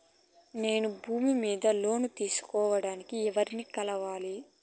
నేను భూమి మీద లోను తీసుకోడానికి ఎవర్ని కలవాలి?